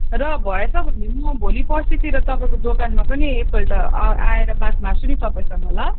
र भएछ भने म भोलि पर्सितिर तपाईँको दोकानमा पनि एकपल्ट आएर बात मार्छु नि तपाईँसँग ल